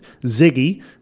Ziggy